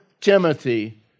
Timothy